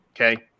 okay